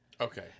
Okay